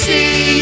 See